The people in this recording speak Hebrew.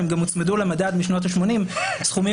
שבגלל שהם גם הוצמדו למדד משנות השמונים הם